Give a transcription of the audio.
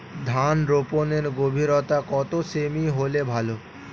ধান রোপনের গভীরতা কত সেমি হলে ভালো?